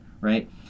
right